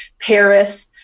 Paris